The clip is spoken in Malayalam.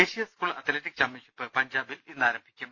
ദേശീയ സ്കൂൾ അത്ലറ്റിക് ചാംപ്യൻഷിപ്പ് പഞ്ചാബിൽ ഇന്ന് ആരംഭിക്കും